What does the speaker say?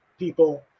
people